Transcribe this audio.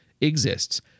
exists